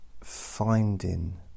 finding